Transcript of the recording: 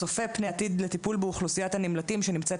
צופה פני עתיד לטיפול באוכלוסיית הנמלטים שנמצאת